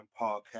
Podcast